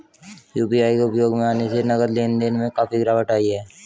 UPI के उपयोग में आने से नगद लेन देन में काफी गिरावट आई हैं